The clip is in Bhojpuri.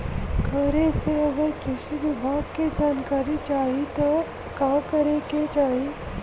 घरे से अगर कृषि विभाग के जानकारी चाहीत का करे के चाही?